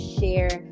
share